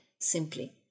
simply